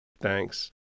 Thanks